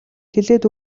хэлээд